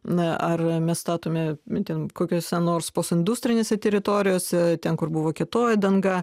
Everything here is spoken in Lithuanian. na ar mes statome ten kokiose nors postindustrinėse teritorijose ten kur buvo kietoji danga